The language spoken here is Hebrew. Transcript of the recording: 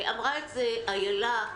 אמרה את זה איילה פישמן,